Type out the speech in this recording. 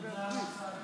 היו"ר מנסור עבאס: